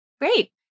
Great